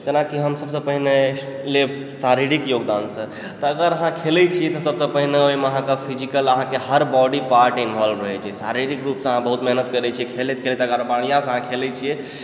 जेनाकि हम सबसँ पहिने लेब शारीरिक योगदानसँ तऽ अगर अहाँकेँ खेलै छी तऽ सबसँ पहिने अहाँके ओहिमे फिजिकल अहाँके हर बॉडी पार्ट आहाँके इन्वॉल्व रहै छै शारीरिक रुपसँ अहाँ बहुत मेहनत करै छी खेलैत खेलैत अगर बढ़िआँ सँ अहाँ खेलै छियै